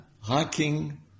hiking